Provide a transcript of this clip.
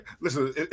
listen